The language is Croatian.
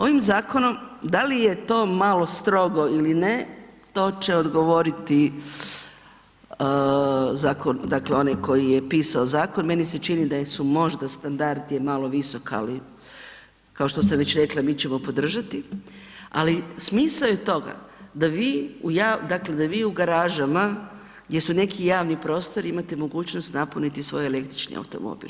Ovim zakonom, da li je to malo strogo ili ne, to će odgovoriti zakon, dakle onaj koji je pisao zakon, meni se čini da je su možda standard je malo visok, ali kao što sam već rekla i mi ćemo podržati, ali smisao je toga da vi u, dakle da vi u garažama gdje su neki javni prostori imate mogućnost napuniti svoj električni automobil.